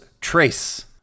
Trace